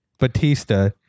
batista